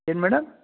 ಏನು ಮೇಡಮ್